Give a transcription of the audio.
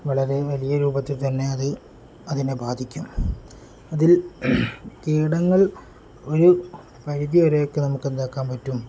വളരെ വലിയ രൂപത്തിൽ തന്നെ അത് അതിനെ ബാധിക്കും അതിൽ കീടങ്ങൾ ഒരു വരിധി വരെയൊക്കെ നമുക്കെന്താക്കാൻ പറ്റും